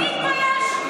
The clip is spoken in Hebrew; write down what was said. אני אתבייש?